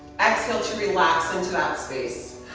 exhale to relax into that space